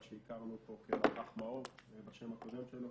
מה שהכרנו אותו כמאו"ר בשנים הקודמות שלו.